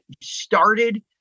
started